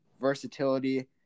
versatility